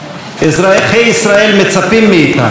אזרחי ישראל מצפים מאיתנו,